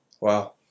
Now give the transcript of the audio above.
wow